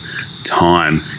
time